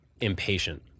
impatient